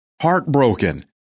Heartbroken